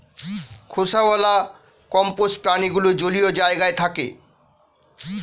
খোসাওয়ালা কম্বোজ প্রাণীগুলো জলীয় জায়গায় থাকে